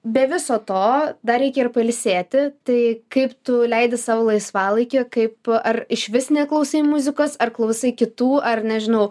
be viso to dar reikia ir pailsėti tai kaip tu leidi savo laisvalaikį kaip ar išvis neklausai muzikos ar klausai kitų ar nežinau